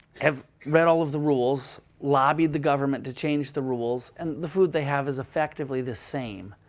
have read all of the rules, lobbied the government to change the rules. and the food they have is effectively the same.